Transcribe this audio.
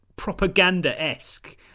propaganda-esque